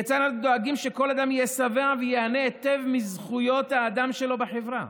כיצד אנו דואגים שכל אדם יהיה שבע וייהנה היטב מזכויות האדם שלו בחברה?